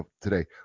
today